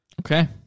Okay